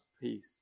peace